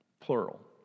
plural